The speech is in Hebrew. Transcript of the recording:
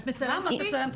אני אסכם במשפט על